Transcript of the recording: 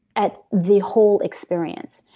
at the whole experience.